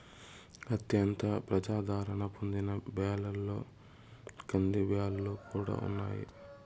అత్యంత ప్రజాధారణ పొందిన బ్యాళ్ళలో కందిబ్యాల్లు కూడా ఉన్నాయి